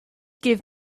give